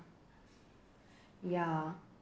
ya